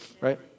right